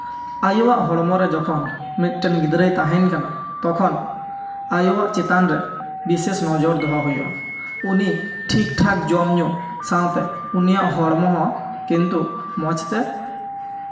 ᱟᱭᱳᱣᱟᱜ ᱦᱚᱲᱢᱚᱨᱮ ᱡᱚᱠᱷᱚᱱ ᱢᱤᱫᱴᱮᱱ ᱜᱤᱫᱽᱨᱟᱹᱭ ᱛᱟᱦᱮᱱ ᱠᱟᱱᱟ ᱛᱚᱠᱷᱚᱱ ᱟᱭᱳᱣᱟᱜ ᱪᱮᱛᱟᱱ ᱨᱮ ᱵᱤᱥᱮᱥ ᱱᱚᱡᱚᱨ ᱫᱚᱦᱚ ᱦᱩᱭᱩᱜᱼᱟ ᱩᱱᱤ ᱴᱷᱤᱠ ᱴᱷᱟᱠ ᱡᱚᱢ ᱧᱩ ᱥᱟᱶᱛᱮ ᱩᱱᱤᱭᱟᱜ ᱦᱚᱲᱢᱚ ᱦᱚᱸ ᱠᱤᱱᱛᱩ ᱢᱚᱡᱽ ᱛᱮ